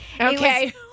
Okay